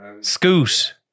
Scoot